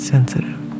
sensitive